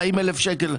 40,000 שקל.